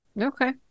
Okay